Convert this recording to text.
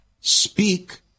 speak